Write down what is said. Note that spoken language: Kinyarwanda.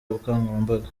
ubukangurambaga